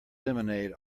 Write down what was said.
lemonade